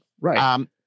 Right